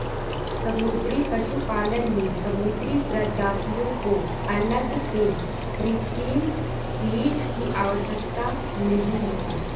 समुद्री पशुपालन में समुद्री प्रजातियों को अलग से कृत्रिम फ़ीड की आवश्यकता नहीं होती